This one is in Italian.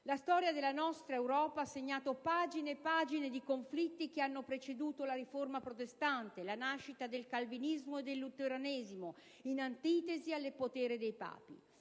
La storia della nostra Europa ha segnato pagine e pagine di conflitti che hanno preceduto la riforma protestante, la nascita del Calvinismo e del Luteranesimo in antitesi al potere dei Papi.